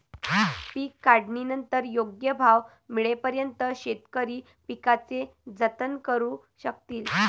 पीक काढणीनंतर योग्य भाव मिळेपर्यंत शेतकरी पिकाचे जतन करू शकतील